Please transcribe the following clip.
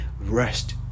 rest